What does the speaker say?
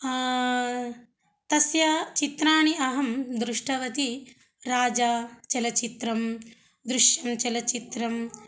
तस्य चित्राणि अहं दृष्टवती राजा चलचित्रं दृश्यं चलचित्रं